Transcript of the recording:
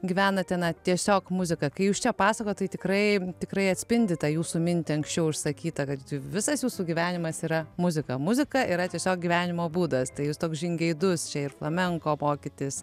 gyvenate na tiesiog muzika kai jūs čia pasakojat tai tikrai tikrai atspindi tą jūsų mintį anksčiau išsakytą kad visas jūsų gyvenimas yra muzika muzika yra tiesiog gyvenimo būdas tai jūs toks žingeidus čia ir flamenko mokytis